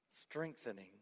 Strengthening